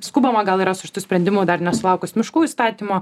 skubama gal yra su šitu sprendimu dar nesulaukus miškų įstatymo